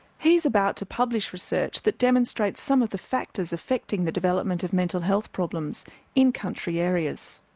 he's about to publish research that demonstrates some of the factors affecting the development of mental health problems in country areas.